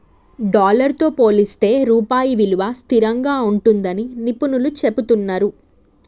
dollar తో పోలిస్తే రూపాయి విలువ స్థిరంగా ఉంటుందని నిపుణులు చెబుతున్నరు